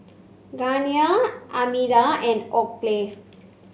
Armida and